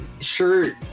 Sure